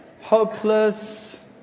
Hopeless